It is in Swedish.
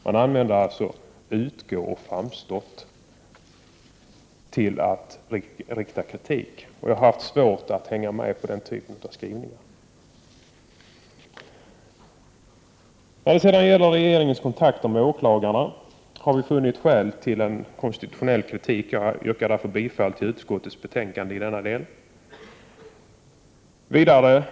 Man använder alltså ”utgå” och ”framstått” till att rikta kritik. Jag har haft svårt för att medverka vid denna typ av skrivning. När det sedan gäller regeringens kontakter med åklagarna har det funnits skäl till en konstitutionell kritik. Jag yrkar därför bifall till utskottets anmälan i denna del.